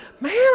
man